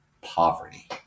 poverty